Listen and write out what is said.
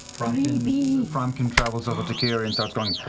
frumpkin i mean frumpkin travels over to kiri and starts going